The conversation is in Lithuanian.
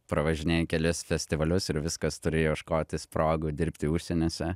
pravažinėji kelis festivalius ir viskas turi ieškotis progų dirbti užsieniuose